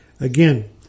Again